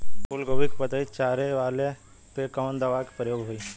फूलगोभी के पतई चारे वाला पे कवन दवा के प्रयोग होई?